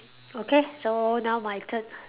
okay so now my turn